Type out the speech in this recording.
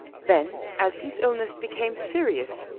then, as his illness became serious,